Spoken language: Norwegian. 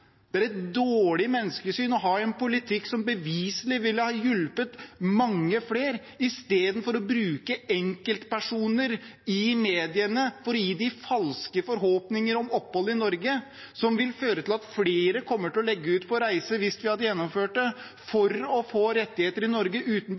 der det er krig og konflikt – har et dårlig menneskesyn. De mener at man har et dårlig menneskesyn når man har en politikk som beviselig ville ha hjulpet mange flere. Istedenfor brukes enkeltpersoner i mediene for å gi dem falske forhåpninger om opphold i Norge, noe som vil føre til at flere uten beskyttelsesbehov kommer til å legge ut på